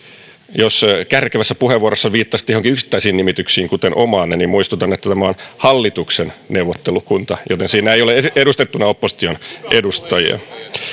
jos kärkevässä puheenvuorossanne viittasitte joihinkin yksittäisiin nimityksiin kuten omaanne niin muistutan että tämä on hallituksen neuvottelukunta joten siinä ei ole edustettuna opposition edustajia